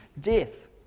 death